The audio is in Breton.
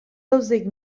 daouzek